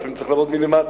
לפעמים צריך לעבוד מלמטה,